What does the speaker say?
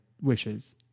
wishes